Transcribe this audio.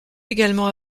également